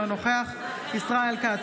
אינו נוכח ישראל כץ,